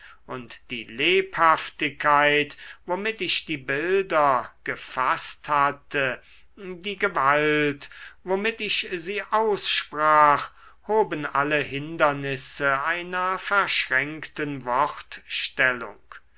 und die lebhaftigkeit womit ich die bilder gefaßt hatte die gewalt womit ich sie aussprach hoben alle hindernisse einer verschränkten